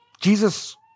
Jesus